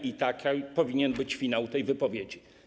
I taki powinien być finał tej wypowiedzi.